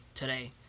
today